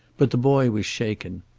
but the boy was shaken.